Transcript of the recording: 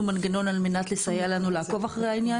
מנגנון על מנת לסייע לנו לעקוב אחרי העניין.